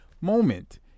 moment